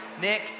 Nick